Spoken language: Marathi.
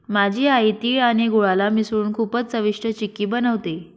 माझी आई तिळ आणि गुळाला मिसळून खूपच चविष्ट चिक्की बनवते